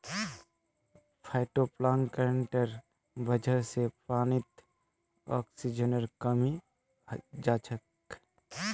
फाइटोप्लांकटनेर वजह से पानीत ऑक्सीजनेर कमी हैं जाछेक